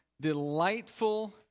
delightful